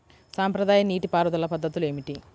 సాంప్రదాయ నీటి పారుదల పద్ధతులు ఏమిటి?